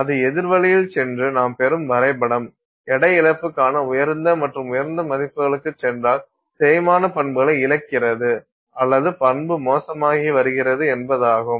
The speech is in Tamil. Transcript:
அது எதிர் வழியில் சென்று நாம் பெறும் வரைபடம் எடை இழப்புக்கான உயர்ந்த மற்றும் உயர்ந்த மதிப்புகளுக்குச் சென்றால் தேய்மான பண்புக்களை இழக்கிறது அல்லது பண்பு மோசமாகி வருகிறது என்பதாகும்